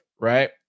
right